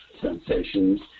sensations